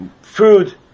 food